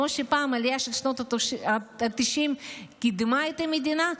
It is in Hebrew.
כמו שפעם העלייה של שנות התשעים קידמה את המדינה.